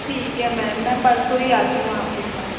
ठीक है मेम मैं परसों ही आती हूँ आपके पास